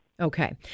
Okay